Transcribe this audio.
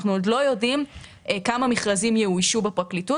אנחנו עוד לא יודעים כמה מכרזים יאוישו בפרקליטות